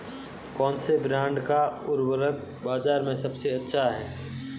कौनसे ब्रांड का उर्वरक बाज़ार में सबसे अच्छा हैं?